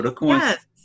Yes